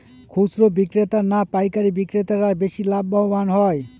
খুচরো বিক্রেতা না পাইকারী বিক্রেতারা বেশি লাভবান হয়?